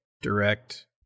direct